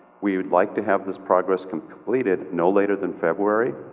we would like to have this progress completed no later than february.